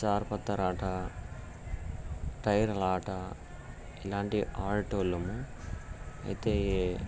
చారుపత్తల ఆట టైర్లాట ఇలాంటివి ఆడేటోళ్ళము అయితే